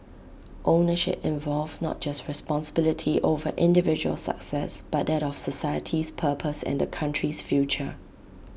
ownership involved not just responsibility over individual success but that of society's purpose and the country's future